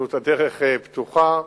פשוט הדרך פתוחה,